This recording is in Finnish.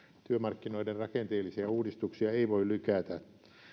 työmarkkinoiden rakenteellisia uudistuksia ei voi lykätä